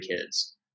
kids